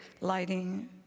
lighting